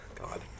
God